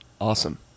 Awesome